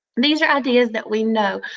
these are ideas that we know,